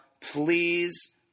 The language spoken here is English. please